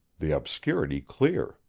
the obscurity clear.